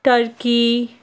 turkey